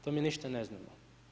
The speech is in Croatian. To mi ništa ne znamo.